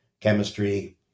chemistry